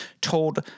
told